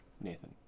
Nathan